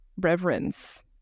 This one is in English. reverence